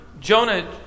Jonah